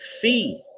fee